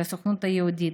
של הסוכנות היהודית,